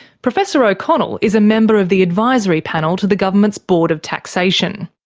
professor o'connell is a member of the advisory panel to the government's board of taxation.